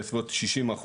בסביבות 60%,